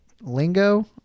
lingo